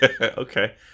Okay